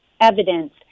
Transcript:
evidence